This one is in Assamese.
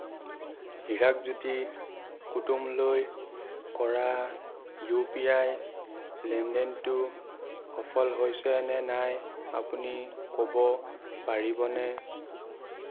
হিৰকজ্যোতি কুটুমলৈ কৰা ইউ পি আই লেনদেনটো সফল হৈছেনে নাই আপুনি ক'ব পাৰিবনে